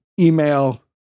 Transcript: email